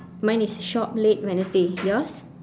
mine is shop late wednesday yours